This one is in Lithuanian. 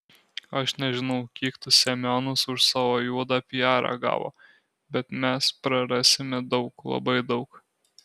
aš nežinau kiek tas semionas už savo juodą piarą gavo bet mes prarasime daug labai daug